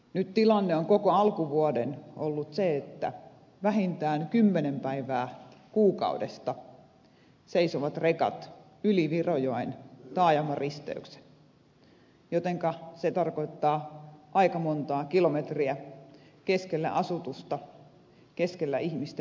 nyt tilanne on koko alkuvuoden ollut se että vähintään kymmenen päivää kuukaudesta seisovat rekat ulottuen yli virojoen taajamaristeyksen jotenka se tarkoittaa aika montaa kilometriä keskellä asutusta keskellä ihmisten elämää